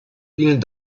vielen